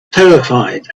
terrified